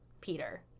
Peter